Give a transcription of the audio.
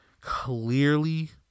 clearly